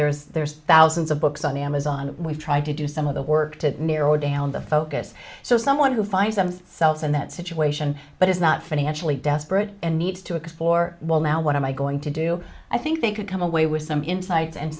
there is there's thousands of books on amazon we've tried to do some of the work to narrow down the focus so someone who finds themselves in that situation but is not financially desperate and needs to explore well now what am i going to do i think they could come away with some insi